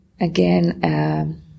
again